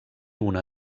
una